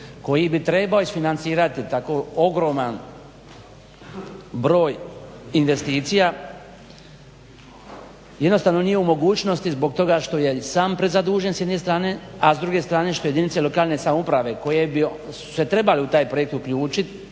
koji bi trebao isfinancirati tako ogroman broj investicija jednostavno nije u mogućnosti zbog toga što je i sam prezadužen s jedne strane, a s druge strane što jedinice lokalne samouprave koje su se trebale u taj projekt uključit